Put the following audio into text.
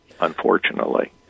unfortunately